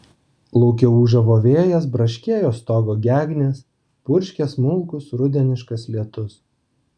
lauke ūžavo vėjas braškėjo stogo gegnės purškė smulkus rudeniškas lietus